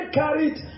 carried